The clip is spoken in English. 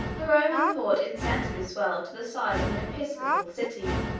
the roman port insensibly swelled to the size of an episcopal city,